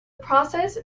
process